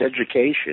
education